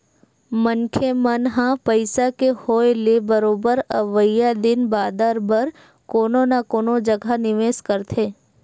मनखे मन ह पइसा के होय ले बरोबर अवइया दिन बादर बर कोनो न कोनो जघा निवेस करथे